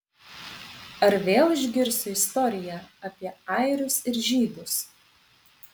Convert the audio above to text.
ar vėl išgirsiu istoriją apie airius ir žydus